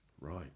Right